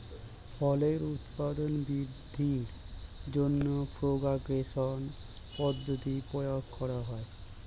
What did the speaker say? ফলের উৎপাদন বৃদ্ধির জন্য প্রপাগেশন পদ্ধতির প্রয়োগ করা হয়